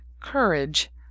Courage